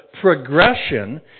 progression